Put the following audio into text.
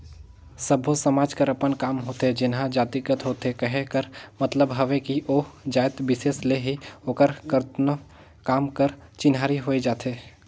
सब्बो समाज कर अपन काम होथे जेनहा जातिगत होथे कहे कर मतलब हवे कि ओ जाएत बिसेस ले ही ओकर करतनो काम कर चिन्हारी होए जाथे